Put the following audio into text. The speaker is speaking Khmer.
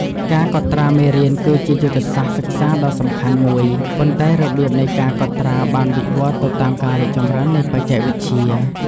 ការកត់ត្រាមេរៀនគឺជាយុទ្ធសាស្ត្រសិក្សាដ៏សំខាន់មួយ ប៉ុន្តែរបៀបនៃការកត់ត្រាបានវិវត្តន៍ទៅតាមការរីកចម្រើននៃបច្ចេកវិទ្យា។